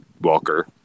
Walker